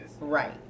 Right